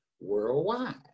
worldwide